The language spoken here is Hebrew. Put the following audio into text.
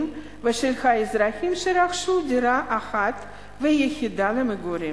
ושל האזרחים שרכשו דירה אחת ויחידה למגורים,